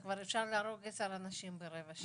כבר אפשר להרוג עשר אנשים ברבע שעה.